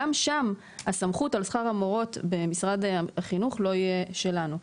גם שם הסמכות על שכר המורות במשרד החינוך לא יהיה שלנו.